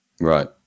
Right